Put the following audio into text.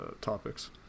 topics